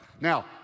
Now